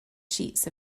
sheets